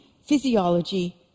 Physiology